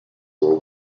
were